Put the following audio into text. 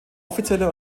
offizieller